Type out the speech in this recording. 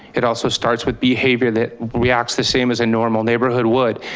it also starts with behavior that reacts the same as a normal neighborhood would.